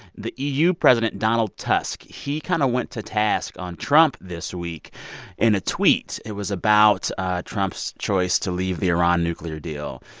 the eu president, donald tusk. he kind of went to task on trump this week in a tweet. it was about trump's choice to leave the iran nuclear deal.